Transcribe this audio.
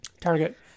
target